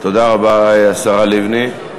תודה רבה, השרה לבני.